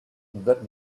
that